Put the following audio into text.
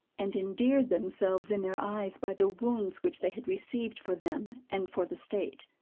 and endeared themselves in their eyes by the wounds which they had received for them and for the state.